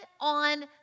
on